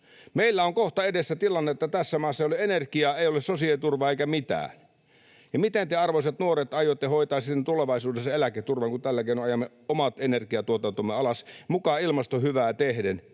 Meillä on kohta edessä tilanne, että tässä maassa ei ole energiaa, ei ole sosiaaliturvaa eikä mitään, ja miten te, arvoisat nuoret, aiotte hoitaa tulevaisuudessa eläketurvan, kun tällä keinoin ajamme omat energiantuotantomme alas, muka ilmastohyvää tehden?